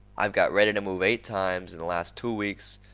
i've got ready to move eight times in the last two weeks,